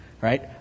Right